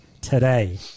today